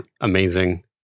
amazing